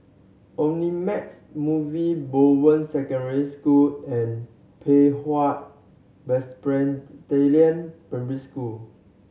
Omnimax Movies Bowen Secondary School and Pei Hwa Presbyterian Primary School